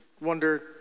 wonder